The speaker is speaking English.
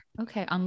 Okay